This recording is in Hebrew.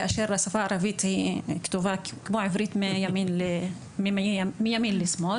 כאשר השפה הערבית כתובה כמו עברית מימין לשמאל.